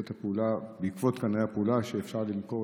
ראשית, אני מבקש להודות על הפעולות של המשרד,